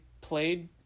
played